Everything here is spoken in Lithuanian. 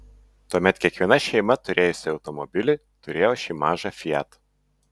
tuomet kiekviena šeima turėjusi automobilį turėjo šį mažą fiat